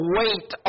wait